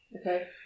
Okay